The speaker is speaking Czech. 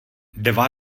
dva